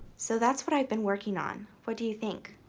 so that's what i've been working on. what do you think?